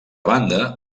banda